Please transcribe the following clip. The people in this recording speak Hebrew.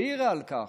והעירה על כך.